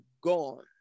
gone